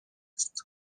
است